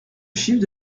chiffre